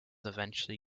eventually